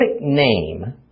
name